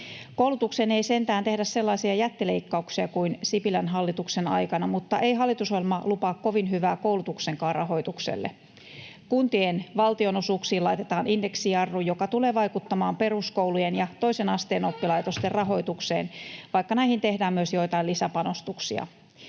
Koulutukseen ei sentään tehdä sellaisia jättileikkauksia kuin Sipilän hallituksen aikana, mutta ei hallitusohjelma lupaa kovin hyvää koulutuksenkaan rahoitukselle. Kuntien valtionosuuksiin laitetaan indeksi-jarru, joka tulee vaikuttamaan peruskoulujen ja toisen asteen oppilaitosten rahoitukseen, vaikka näihin tehdään myös joitain lisäpanostuksia.